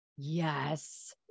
Yes